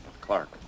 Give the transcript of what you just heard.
Clark